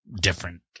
different